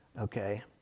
Okay